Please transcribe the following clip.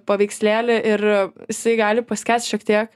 paveikslėlį ir jisai gali paskęst šiek tiek